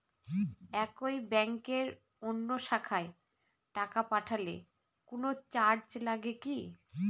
একই ব্যাংকের অন্য শাখায় টাকা পাঠালে কোন চার্জ লাগে কি?